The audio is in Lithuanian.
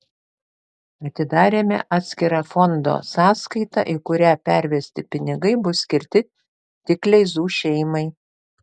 atidarėme atskirą fondo sąskaitą į kurią pervesti pinigai bus skirti tik kleizų šeimai